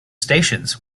stations